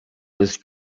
was